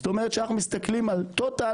זאת אומרת שאנחנו מסתכלים על טוטאל,